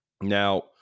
Now